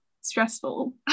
stressful